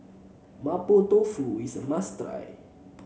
Mapo Tofu is a must try